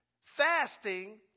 Fasting